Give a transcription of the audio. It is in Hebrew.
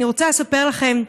אני רוצה לספר לכם,